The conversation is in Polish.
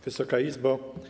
Wysoka Izbo!